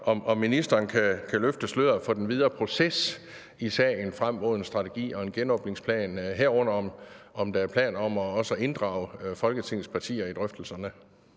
om ministeren kan løfte sløret for den videre proces i sagen frem mod en strategi og en genåbningsplan, herunder om der også er planer om at inddrage Folketingets partier i drøftelserne.